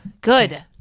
Good